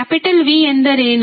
capital V ಎಂದರೇನು